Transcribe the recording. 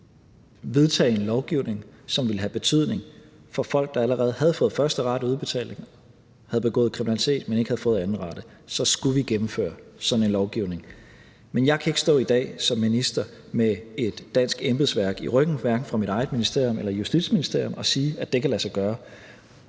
vedtage en lovgivning, som ville have betydning for folk, der allerede havde fået første rate udbetalt, og som havde begået kriminalitet, men ikke havde fået anden rate, så skulle vi gennemføre sådan en lovgivning. Men jeg kan ikke stå i dag som minister med et dansk embedsværk i ryggen, hverken fra mit eget ministerium eller fra Justitsministeriet, og sige, at det kan lade sig gøre.